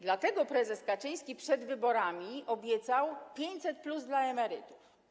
Dlatego prezes Kaczyński przed wyborami obiecał 500+ dla emerytów.